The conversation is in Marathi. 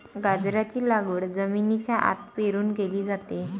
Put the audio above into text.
गाजराची लागवड जमिनीच्या आत पेरून केली जाते